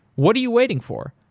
what are you waiting for?